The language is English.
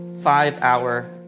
five-hour